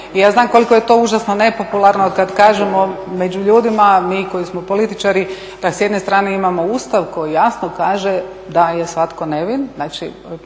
i ja znam koliko je to užasno nepopularno kad kažemo među ljudima mi koji smo političari da s jedne strane imamo Ustav koji jasno kaže da je svatko nevin,